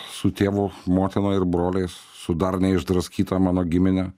su tėvu motina ir broliais su dar neišdraskyta mano gimine